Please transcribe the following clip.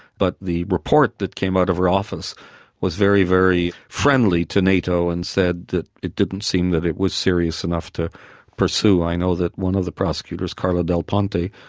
but the report that came out of her office was very, very friendly to nato and said that it didn't seem that it was serious enough to pursue. i know that one of the prosecutors, carla delponte,